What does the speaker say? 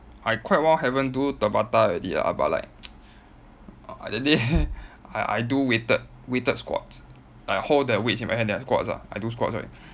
I quite while never do tabata already ah but like that day I I do weighted weighted squats like hold the weights in my hand then I squats ah I do squats right